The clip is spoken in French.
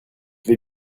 vais